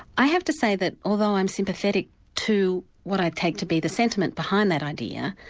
i have to say that although i'm sympathetic to what i take to be the sentiment behind that idea,